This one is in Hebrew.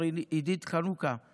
אנחנו